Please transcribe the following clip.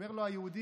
אומר לו היהודי,